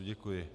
Děkuji.